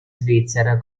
svizzera